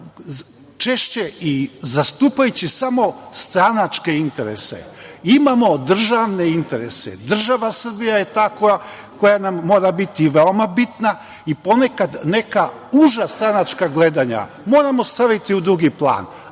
češće i zastupajući samo stranačke interese. Imamo državne interese. Država Srbija je ta koja nam mora biti veoma bitna i ponekad neka uža stranačka gledanja moramo staviti u drugi plan,